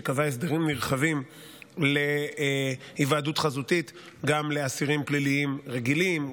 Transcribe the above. שקבעה הסדרים נרחבים להיוועדות חזותית גם לאסירים פליליים רגילים,